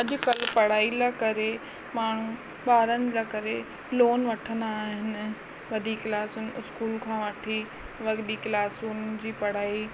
अॼुकल्ह पढ़ाई लाइ करे माण्हू ॿारनि लाइ करे लोन वठंदा आहिनि वॾी क्लासनि स्कूल खां वठी वरी ॿी क्लासनि जी पढ़ाई